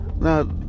Now